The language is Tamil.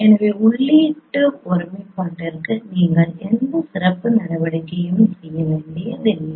எனவே உள்ளீட்டு ஒருமைப்பாட்டிற்கு நீங்கள் எந்த சிறப்பு நடவடிக்கைகளையும் செய்ய வேண்டியதில்லை